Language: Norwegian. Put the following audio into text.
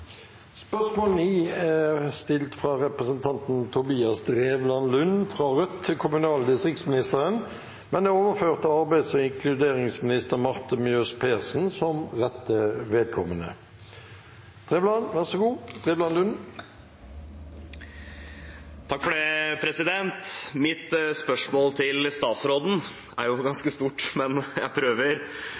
spørsmålet er overført til arbeids- og inkluderingsministeren som rette vedkommende. Mitt spørsmål til statsråden er ganske stort, men jeg prøver: